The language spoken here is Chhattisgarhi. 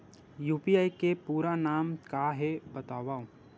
यू.पी.आई के पूरा नाम का हे बतावव?